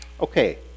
Okay